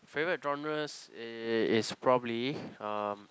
favourite genres it is probably um